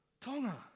Tonga